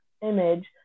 image